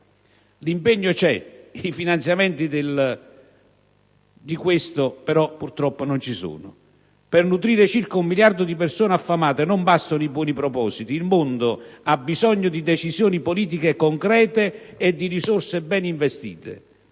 L'impegno c'è, i finanziamenti purtroppo no. Per nutrire circa un miliardo di persone affamate non bastano i buoni propositi: il mondo ha bisogno di decisioni politiche concrete e di risorse ben investite.